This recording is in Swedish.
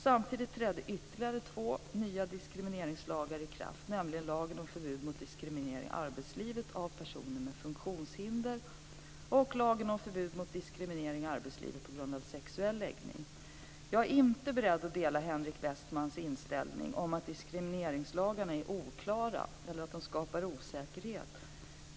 Samtidigt trädde ytterligare två nya diskrimineringslagar i kraft, nämligen lagen om förbud mot diskriminering i arbetslivet av personer med funktionshinder och lagen om förbud mot diskriminering i arbetslivet på grund av sexuell läggning. Jag är inte beredd att dela Henrik Westmans inställning att diskrimineringslagarna är oklara eller skapar osäkerhet.